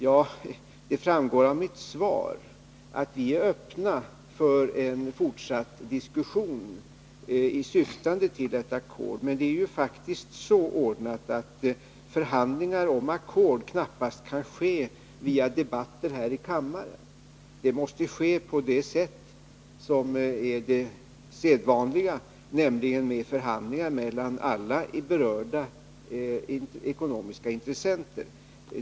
Ja, det framgår av mitt svar att vi är öppna för en fortsatt diskussion syftande till ett ackord. Men det är faktiskt så ordnat, att förhandlingar om ackord knappast kan ske via debatter här i kammaren. Det måste ske på sedvanligt sätt, nämligen genom förhandlingar mellan alla berörda ekonomiska intressenter.